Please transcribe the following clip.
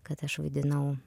kad aš vaidinau